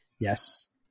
yes